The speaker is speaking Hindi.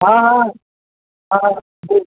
हाँ हाँ हाँ जी